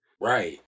Right